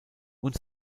und